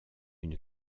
une